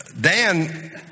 Dan